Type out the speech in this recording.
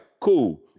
cool